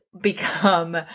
become